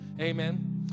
Amen